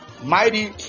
mighty